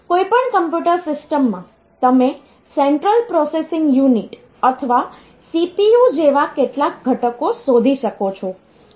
કોઈપણ કમ્પ્યુટર સિસ્ટમમાં તમે સેન્ટ્રલ પ્રોસેસિંગ યુનિટ અથવા CPU જેવા કેટલાક ઘટકો શોધી શકો છો